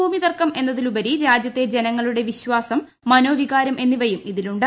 ഭൂമി തർക്കം എന്നതിലുപരി രാജ്യത്തെ ജനങ്ങളുടെ വിശ്വാസം മനോവികാരം എന്നിവയും ഇതിലുണ്ട്